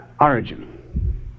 origin